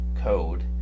code